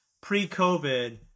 pre-COVID